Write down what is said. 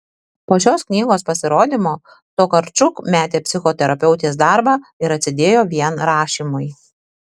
po šios knygos pasirodymo tokarčuk metė psichoterapeutės darbą ir atsidėjo vien rašymui